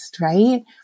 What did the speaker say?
right